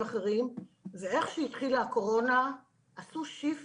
אחרים ואיך שהתחילה הקורונה עשו shift